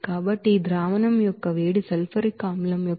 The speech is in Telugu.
కాబట్టి ఈ ಹೀಟ್ ಒಫ್ ಸೊಲ್ಯೂಷನ್ సల్ఫ్యూరిక్ ಆಸಿಡ್యొక్క మోల్ కు 67